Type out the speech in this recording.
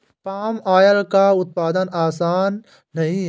palm oil का उत्पादन आसान नहीं है